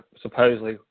supposedly